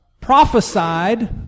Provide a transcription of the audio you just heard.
prophesied